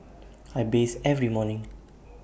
I bathe every morning